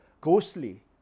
ghostly